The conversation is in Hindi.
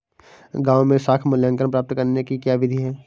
गाँवों में साख मूल्यांकन प्राप्त करने की क्या विधि है?